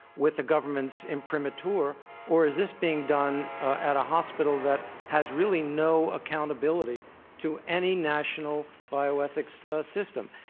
with the government's imprimatur, or is this being done at a hospital that has, really, no accountability to any national bioethics system?